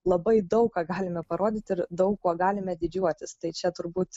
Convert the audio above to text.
labai daug ką galime parodyt ir daug kuo galime didžiuotis tai čia turbūt